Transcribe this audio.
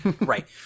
Right